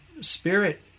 Spirit